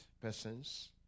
persons